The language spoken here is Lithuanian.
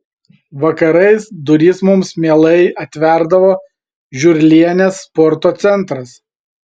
vakarais duris mums mielai atverdavo žiurlienės sporto centras